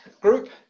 group